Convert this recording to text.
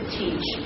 teach